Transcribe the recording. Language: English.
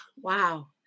Wow